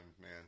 man